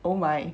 oh my